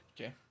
Okay